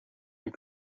and